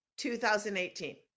2018